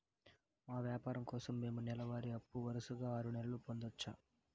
మా వ్యాపారం కోసం మేము నెల వారి అప్పు వరుసగా ఆరు నెలలు పొందొచ్చా?